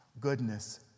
goodness